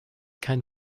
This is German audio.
kein